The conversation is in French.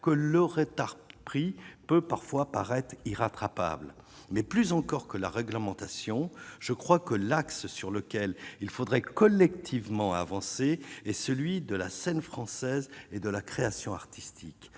que le retard pris peut parfois paraître irrattrapable mais plus encore que la réglementation, je crois que l'axe sur lequel il faudrait collectivement avancé et celui de la scène française et de la création artistique,